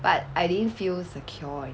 but I didn't feel secure